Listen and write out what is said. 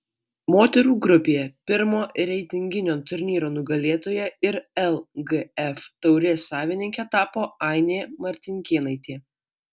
moterų grupėje pirmo reitinginio turnyro nugalėtoja ir lgf taurės savininke tapo ainė martinkėnaitė